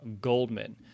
Goldman